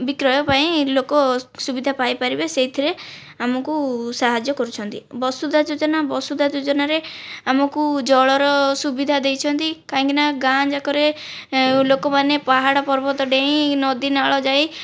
ବିକ୍ରୟ ପାଇଁ ଲୋକ ସୁବିଧା ପାଇପାରିବେ ସେଥିରେ ଆମକୁ ସାହାଯ୍ୟ କରୁଛନ୍ତି ବସୁଧା ଯୋଜନା ବସୁଧା ଯୋଜନାରେ ଆମକୁ ଜଳର ସୁବିଧା ଦେଇଛନ୍ତି କାହିଁକିନା ଗାଁଆ ଯାକରେ ଲୋକମାନେ ପାହାଡ଼ ପର୍ବତ ଡ଼େଇଁ ନଦୀ ନାଳ ଯାଇ